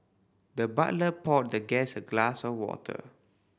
the butler poured the guest a glass of water